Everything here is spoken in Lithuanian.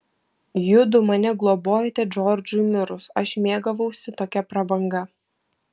judu mane globojote džordžui mirus aš mėgavausi tokia prabanga